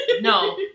no